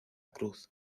cruz